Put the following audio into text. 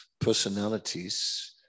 personalities